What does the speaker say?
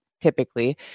typically